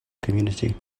community